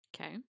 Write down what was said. Okay